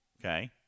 Okay